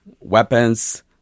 weapons